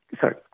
sorry